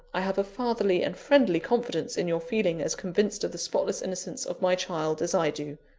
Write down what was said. i have a fatherly and friendly confidence in your feeling as convinced of the spotless innocence of my child as i do.